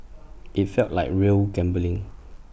IT felt like real gambling